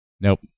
Nope